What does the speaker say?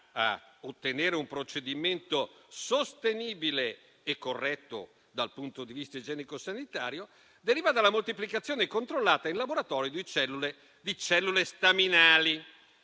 a ottenere un procedimento sostenibile e corretto dal punto di vista igienico-sanitario, dalla moltiplicazione controllata in laboratorio di cellule staminali.